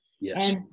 Yes